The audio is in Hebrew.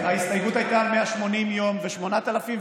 ההסתייגות הייתה על 180 יום ו-8,000,